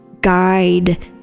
guide